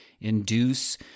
induce